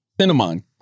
Cinnamon